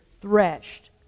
threshed